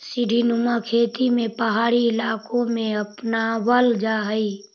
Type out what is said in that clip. सीढ़ीनुमा खेती पहाड़ी इलाकों में अपनावल जा हई